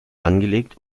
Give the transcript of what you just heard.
angelegt